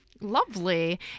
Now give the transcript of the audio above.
Lovely